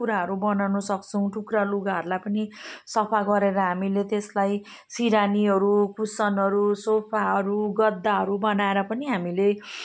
कुराहरू बनाउनसक्छौँ टुक्रा लुगाहरूलाई पनि सफा गरेर हामीले त्यसलाई सिरानीहरू कुसनहरू सोफाहरू गद्दाहरू बनाएर पनि हामीले